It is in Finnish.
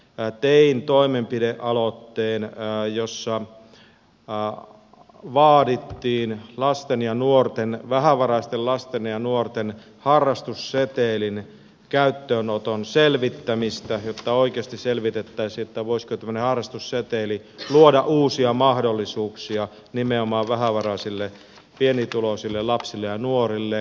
tein toimenpidealoitteen jossa vaadittiin lasten ja nuorten vähävaraisten lasten ja nuorten harrastussetelin käyttöönoton selvittämistä jotta oikeasti selvitettäisiin voisiko tämmöinen harrastusseteli luoda uusia mahdollisuuksia nimenomaan vähävaraisille pienituloisille lapsille ja nuorille